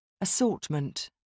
Assortment